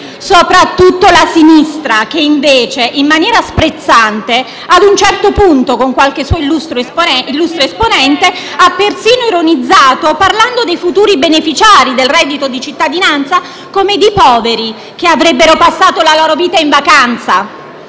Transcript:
soprattutto la sinistra che invece, in maniera sprezzante, ad un certo punto, con qualche illustre esponente, ha persino ironizzato, parlando dei futuri beneficiari del reddito di cittadinanza come di poveri che avrebbero passato la loro vita in vacanza.